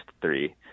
three